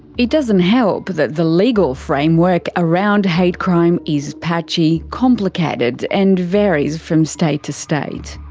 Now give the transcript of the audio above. it doesn't help that the legal framework around hate crime is patchy, complicated and varies from state to state.